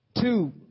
two